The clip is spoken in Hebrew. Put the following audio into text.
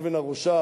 אבן הראשה,